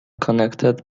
connected